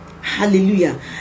Hallelujah